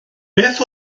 beth